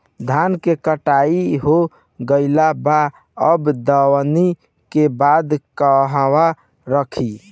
धान के कटाई हो गइल बा अब दवनि के बाद कहवा रखी?